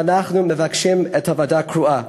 ואנחנו מבקשים את הוועדה הקרואה.